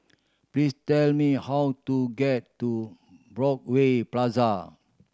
please tell me how to get to Broadway Plaza